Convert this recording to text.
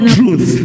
truth